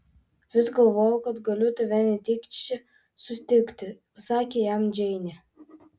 vis galvojau kad galiu tave netyčia sutikti pasakė jam džeinė